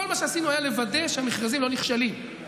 כל מה שעשינו היה לוודא שהמכרזים לא נכשלים,